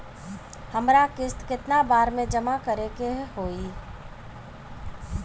हमरा किस्त केतना बार में जमा करे के होई?